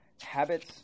Habits